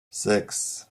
sechs